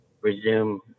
resume